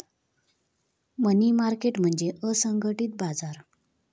मनी market म्हणजे असंघटित बाजार